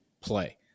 play